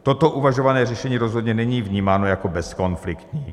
Toto uvažované řešení rozhodně není vnímáno jako bezkonfliktní.